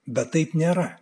bet taip nėra